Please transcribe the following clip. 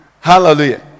Hallelujah